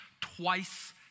twice